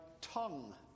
tongue